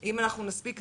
אם אנחנו נספיק.